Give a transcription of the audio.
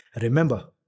Remember